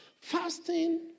Fasting